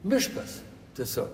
miškas tiesiog